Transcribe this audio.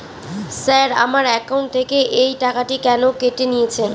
Sir আমার account থেকে এই টাকাটি কেন কেটে নিয়েছেন?